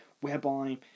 Whereby